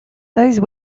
those